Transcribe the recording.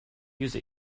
use